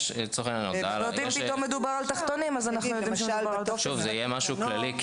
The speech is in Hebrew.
אם מדובר על תחתונים אז אנחנו יודעים --- זה יהיה משהו כללי כי